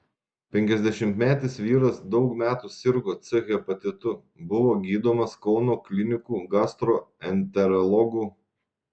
penkiasdešimtmetis vyras daug metų sirgo c hepatitu buvo gydomas kauno klinikų gastroenterologų